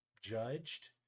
judged